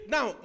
Now